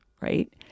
right